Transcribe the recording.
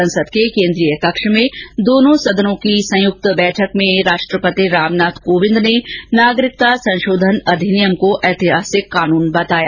संसद के केन्द्रीय कक्ष में दोनों सदनों के संयुक्त अधिवेशन में राष्ट्रपति रामनाथ कोविंद ने नागरिकता संशोधन अधिनियम को ऐतिहासिक कानून बताया